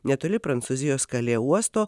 netoli prancūzijos kalė uosto